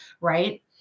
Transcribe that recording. right